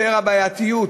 יותר בעייתיות